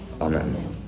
Amen